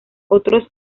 otros